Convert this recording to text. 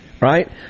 right